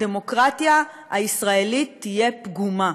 הדמוקרטיה הישראלית תהיה פגומה,